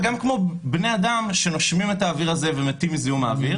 וגם כמו בני אדם שנושמים את האוויר הזה ומתים מזיהום האוויר.